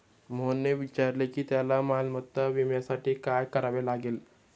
मोहनने विचारले की त्याला मालमत्ता विम्यासाठी काय करावे लागेल?